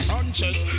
Sanchez